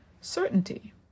certainty